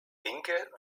winkel